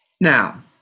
Now